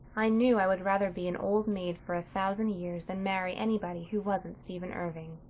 i knew i would rather be an old maid for a thousand years than marry anybody who wasn't stephen irving.